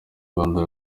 rwanda